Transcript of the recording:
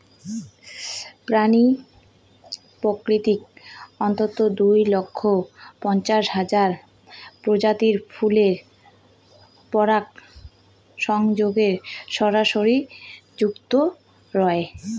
প্রাণী প্রকৃতির অন্ততঃ দুই লক্ষ পঞ্চাশ হাজার প্রজাতির ফুলের পরাগসংযোগে সরাসরি যুক্ত রয়